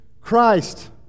Christ